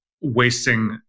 wasting